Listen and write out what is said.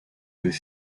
his